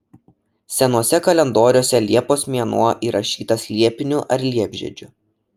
senuose kalendoriuose liepos mėnuo įrašytas liepiniu ar liepžiedžiu